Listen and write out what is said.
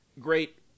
great